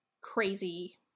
crazy